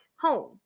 home